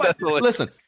Listen